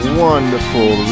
wonderful